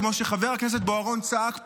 כמו שחבר הכנסת בוארון צעק פה,